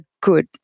good